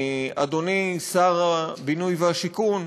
אדוני שר הבינוי והשיכון,